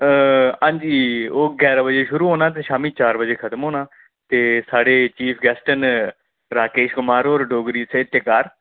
हां जी ओह् ग्यारां बजे शुरू होना ते शामी चार बजे खत्म होना ते साढ़े चीफ गैस्ट न राकेश कुमार होर डोगरी साहित्यकार